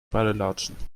badelatschen